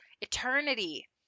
eternity